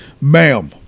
Ma'am